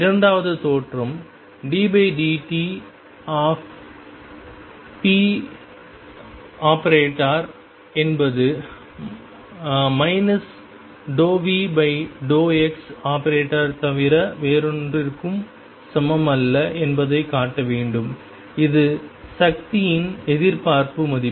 இரண்டாவது தேற்றம் ddt⟨p⟩ என்பது ⟨ ∂V∂x⟩ ஐத் தவிர வேறொன்றிற்கும் சமம் அல்ல என்பதைக் காட்ட வேண்டும் இது சக்தியின் எதிர்பார்ப்பு மதிப்பு